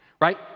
right